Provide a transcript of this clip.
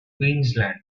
queensland